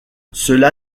cela